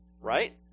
right